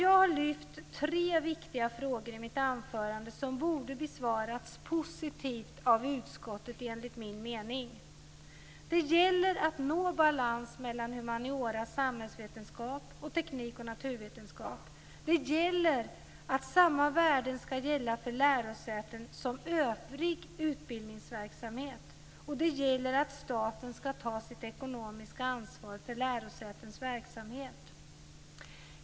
Jag har lyft fram tre viktiga frågor i mitt anförande, frågor som enligt min mening borde ha besvarats positivt av utskottet. Det gäller att nå balans mellan humaniora naturvetenskap. Det gäller att samma värden ska gälla för lärosäten som för övrig utbildningsverksamhet. Det gäller att staten ska ta sitt ekonomiska ansvar för lärosätens verksamhet.